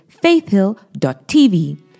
faithhill.tv